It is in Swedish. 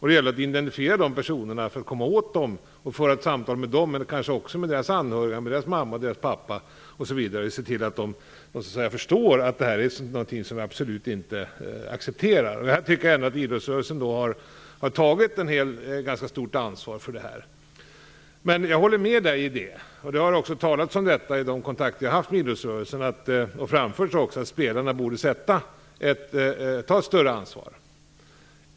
Det gäller då att identifiera de personerna för att komma åt dem, för att kunna föra ett samtal med dem men kanske också med deras anhöriga, med deras mammor och pappor, och se till att de förstår att deras beteende är något som vi absolut inte accepterar. Jag tycker ändå att idrottsrörelsen har tagit ett ganska stort ansvar för det här. Jag håller med Lars Stjernkvist om att spelarna borde ta ett större ansvar, och den synpunkten har vi också framfört i de kontakter vi har haft med idrottsrörelsen.